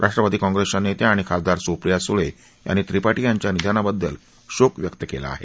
राष्ट्रवादी काँग्रेसच्या नेत्या आणि खासदार सुप्रिया सुळे यांनी त्रिपाठी यांच्या निधनाबद्दल शोक व्यक्त केला आहे